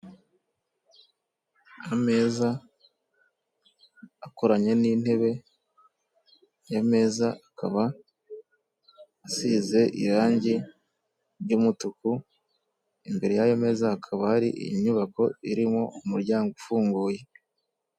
Ameza akoranye n'intebe aya meza akaba asize irangi ry'umutuku, imbere y'ayo meza hakaba hari inyubako irimo umuryango ufunguye.